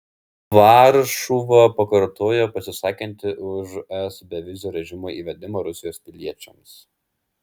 varšuva pakartojo pasisakanti už es bevizio režimo įvedimą rusijos piliečiams